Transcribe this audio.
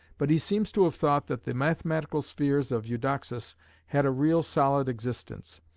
but he seems to have thought that the mathematical spheres of eudoxus had a real solid existence,